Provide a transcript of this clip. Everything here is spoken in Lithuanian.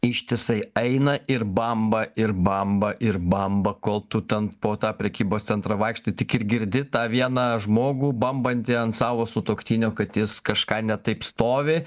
ištisai eina ir bamba ir bamba ir bamba kol tu ten po tą prekybos centrą vaikštai tik ir girdi tą vieną žmogų bambantį ant savo sutuoktinio kad jis kažką ne taip stovi